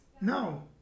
No